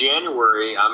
January